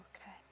Okay